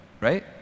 right